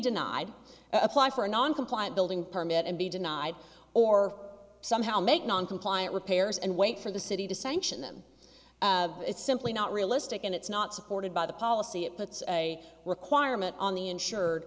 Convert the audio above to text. denied apply for a non compliant building permit and be denied or somehow make noncompliant repairs and wait for the city to sanction them it's simply not realistic and it's not supported by the policy it puts a requirement on the insured